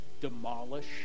demolish